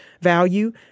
value